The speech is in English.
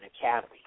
academy